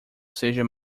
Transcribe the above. seja